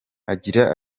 agira